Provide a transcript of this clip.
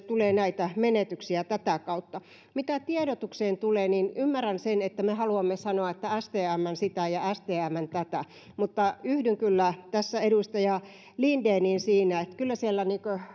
tulee menetyksiä myös tätä kautta mitä tiedotukseen tulee niin ymmärrän sen että me haluamme sanoa että stm sitä ja stm tätä mutta yhdyn kyllä tässä edustaja lindeniin siinä että kyllä siellä